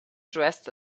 dressed